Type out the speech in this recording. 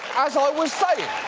as i was saying.